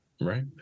Right